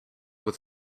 with